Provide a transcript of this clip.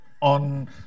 on